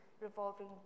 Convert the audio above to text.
revolving